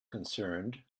concerned